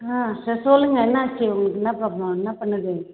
ஆ sir சொல்லுங்கள் என்னாச்சு உங்களுக்கு என்ன ப்ராப்ளம் என்ன பண்ணுது